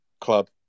club